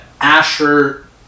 Asher